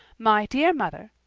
my dear mother,